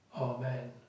Amen